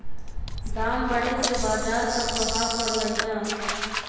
दाम बढ़े से बाजार पर प्रभाव परलई ह